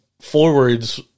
forwards